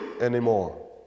anymore